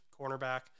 cornerback